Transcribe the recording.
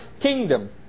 kingdom